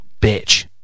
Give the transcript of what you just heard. bitch